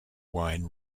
wine